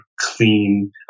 clean